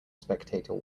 spectator